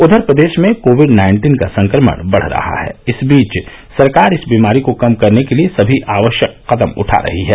उधर प्रदेश में कोविड नाइन्टीन का संक्रमण बढ़ रहा है इस बीच सरकार इस बीमारी को कम करने के लिए सभी आवश्यक कदम उठा रही है